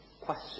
Question